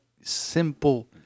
simple